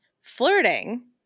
flirting